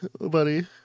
buddy